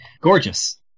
gorgeous